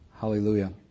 Hallelujah